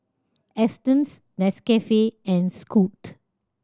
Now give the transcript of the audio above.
Astons Nescafe and Scoot